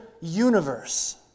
universe